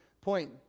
point